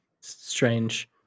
strange